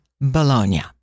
Bologna